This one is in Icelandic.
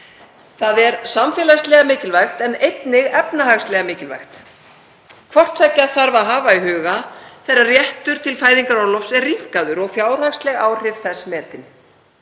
Það er samfélagslega mikilvægt en einnig efnahagslega mikilvægt. Hvort tveggja þarf að hafa í huga þegar réttur til fæðingarorlofs er rýmkaður og fjárhagsleg áhrif þess metin.